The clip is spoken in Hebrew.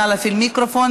נא להפעיל מיקרופון.